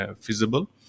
feasible